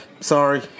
Sorry